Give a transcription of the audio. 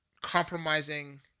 compromising